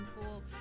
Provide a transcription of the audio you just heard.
fool